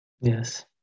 Yes